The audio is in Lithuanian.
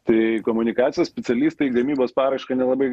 tai komunikacijos specialistą į gamybos paraišką nelabai